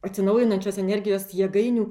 atsinaujinančios energijos jėgainių